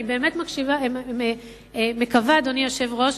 אני באמת מקווה, אדוני היושב-ראש,